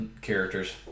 characters